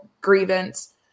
grievance